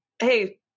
Hey